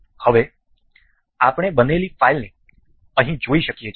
હવે આપણે બનેલી ફાઇલને અહીં જોઈ શકીએ છીએ